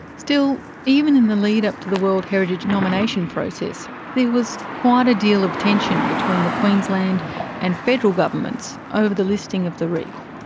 still, even in the lead-up to the world heritage nomination process there was quite a deal of tension between the queensland and federal governments over the listing of the reef.